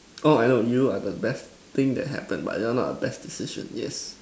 oh I know you are the best thing that happened but you are not a best decision